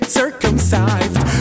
circumcised